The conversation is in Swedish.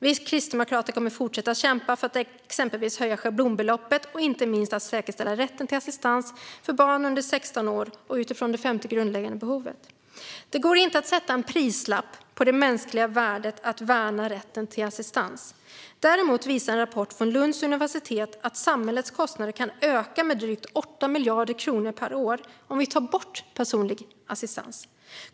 Vi kristdemokrater kommer att fortsätta kämpa för att exempelvis höja schablonbeloppet och inte minst för att säkerställa rätten till assistans för barn under 16 år och utifrån det femte grundläggande behovet. Det går inte att sätta en prislapp på det mänskliga värdet av att värna rätten till assistans. Däremot visar en rapport från Lunds universitet att samhällets kostnader kan öka med drygt 8 miljarder kronor per år om vi tar bort personlig assistans.